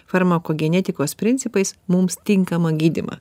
farmakogenetikos principais mums tinkamą gydymą